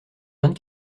vingt